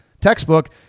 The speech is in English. textbook